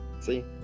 See